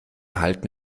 halten